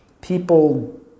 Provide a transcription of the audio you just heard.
people